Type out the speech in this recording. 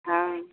हाँ